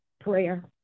prayer